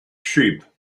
sheep